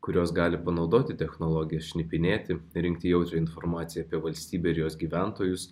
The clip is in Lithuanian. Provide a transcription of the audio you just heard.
kurios gali panaudoti technologijas šnipinėti rinkti jautrią informaciją apie valstybę ir jos gyventojus